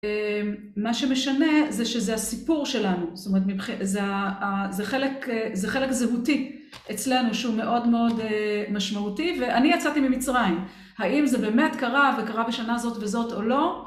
מה שמשנה זה שזה הסיפור שלנו, זאת אומרת, זה חלק זהותי אצלנו שהוא מאוד מאוד משמעותי, ואני יצאתי ממצרים, האם זה באמת קרה, וקרה בשנה זאת וזאת או לא.